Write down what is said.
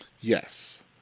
Yes